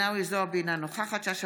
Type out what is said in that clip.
אינה נוכחת ג'ידא רינאוי זועבי,